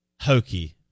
hokey